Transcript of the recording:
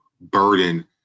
burden